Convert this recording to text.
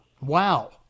Wow